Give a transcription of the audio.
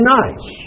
nice